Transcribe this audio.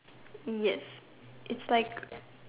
yes its like